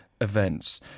events